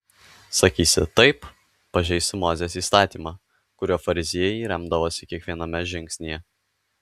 sakysi taip pažeisi mozės įstatymą kuriuo fariziejai remdavosi kiekviename žingsnyje